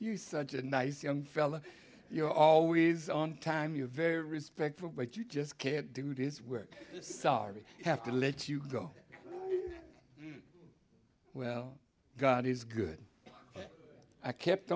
you such a nice young fella you're always on time you're very respectful but you just can't do this work sorry i have to let you go well god is good but i kept